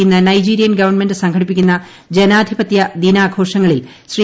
ഇന്ന് Nigerian government സംഘടിപ്പിക്കുന്ന ജനാധിപത്യ ദിനാഘോഷങ്ങളിൽ ശ്രീ